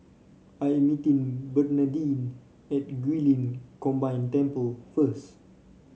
I'm meeting Bernardine at Guilin Combined Temple first